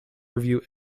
review